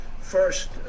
first